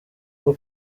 bwo